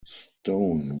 stone